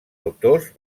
autors